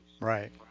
right